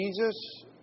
Jesus